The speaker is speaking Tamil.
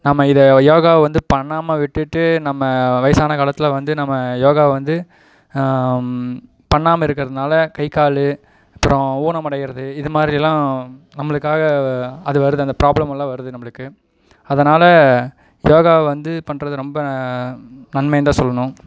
நம்ம இதை யோகாவை வந்து பண்ணாமல் விட்டுவிட்டு நம்ம வயசான காலத்தில் வந்து நம்ப யோகா வந்து பண்ணிணா இருக்கிறதுனால கை கால் அப்புறம் ஊனம் அடையிறது இது மாதிரிலாம் நம்மளுக்காக அது வருது அந்த ப்ராப்ளம் எல்லாம் வருது நம்மளுக்கு அதனால் யோகா வந்து பண்ணுறது ரொம்ப நன்மைன்னுதான் சொல்லணும்